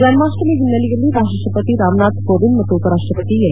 ಜನ್ಮಾಷ್ವಮಿ ಹಿನ್ನೆಲೆಯಲ್ಲಿ ರಾಷ್ಟಪತಿ ರಾಮನಾಥ ಕೋವಿಂದ್ ಮತ್ತು ಉಪರಾಷ್ಟಪತಿ ಎಂ